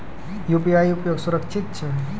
UPI उपयोग सुरक्षित छै?